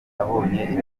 abonye